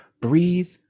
breathe